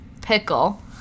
pickle